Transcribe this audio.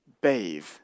bathe